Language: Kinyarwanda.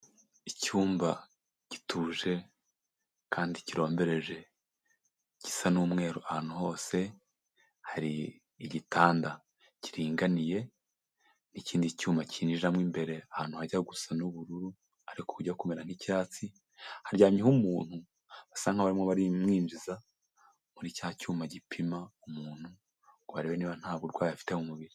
Icyumba gituje kandi kirombereje gisa n'umweru ahantu hose, hari igitanda kiringaniye n'ikindi cyuma kinjiramo imbere ahantu hajya gusa n'ubururu, ariko bujya kumera nk'icyatsi, haryamyeho umuntu asa nk'aho, barimo baramwinjiza muri cya cyuma gipima umuntu ngo barebe niba nta burwayi afite mu mubiri.